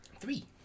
Three